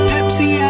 Pepsi